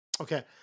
Okay